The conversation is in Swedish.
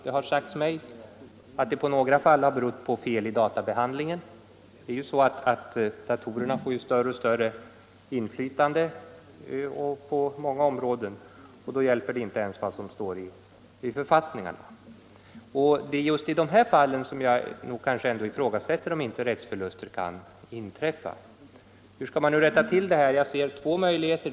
Det har sagts mig att det i några fall har berott på fel i databehandlingen. Datorerna får ju större och större inflytande på många områden, och då hjälper inte ens vad som står i författningarna. Det är just i dessa fall som jag nog ändå ifrågasätter om inte rättsförluster kan inträffa. Hur skall man nu rätta till detta? Jag ser två möjligheter.